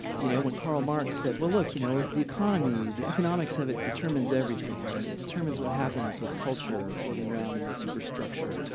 you know, when karl marx said well, look, you know, the economy, the economics of it determines everything, right. it determines what happens with culture floating around in the super structure.